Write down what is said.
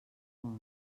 mort